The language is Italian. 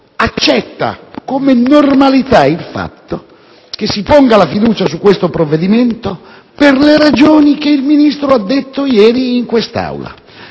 accetta come normalità che si ponga la fiducia su questo provvedimento per le ragioni che il Ministro ha detto ieri in quest'Aula.